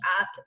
up